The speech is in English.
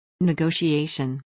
Negotiation